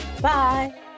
Bye